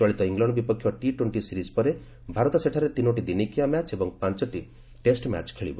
ଚଳିତ ଇଂଲଣ୍ଡ ବିପକ୍ଷ T twenty series ପରେ ଭାରତ ସେଠାରେ ତିନୋଟି ଦିନିକିଆ ମ୍ୟାଚ୍ ଏବଂ ପାଞ୍ଚଟି ଟେଷ୍ଟ ମ୍ୟାଚ୍ ଖେଳିବ